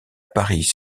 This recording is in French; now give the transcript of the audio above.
paris